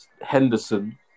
Henderson